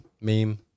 meme